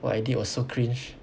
what I did was so cringe